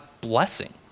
blessing